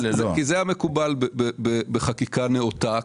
כי זה המקובל בחקיקה נאותה,